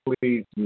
please